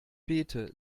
beete